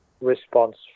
Response